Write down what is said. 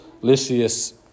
Lysias